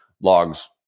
logs